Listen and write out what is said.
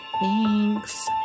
Thanks